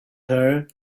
her